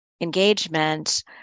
engagement